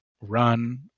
run